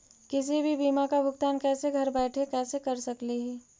किसी भी बीमा का भुगतान कैसे घर बैठे कैसे कर स्कली ही?